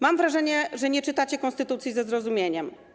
Mam wrażenie, że nie czytacie konstytucji ze zrozumieniem.